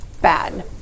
Bad